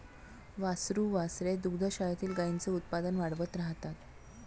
वासरू वासरे दुग्धशाळेतील गाईंचे उत्पादन वाढवत राहतात